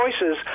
choices